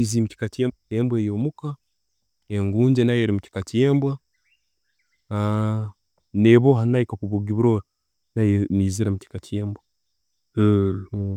Embwa eyo muka, engunju nayo eri mukiika ekyembwa, neboha nayo kakuba ogirora, naayo neyiziira omukiika kyembwa.